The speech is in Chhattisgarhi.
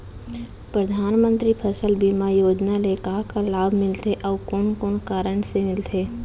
परधानमंतरी फसल बीमा योजना ले का का लाभ मिलथे अऊ कोन कोन कारण से मिलथे?